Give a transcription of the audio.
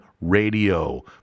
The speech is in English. Radio